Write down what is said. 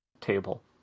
table